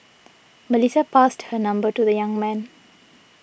Melissa passed her number to the young man